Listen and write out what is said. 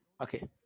Okay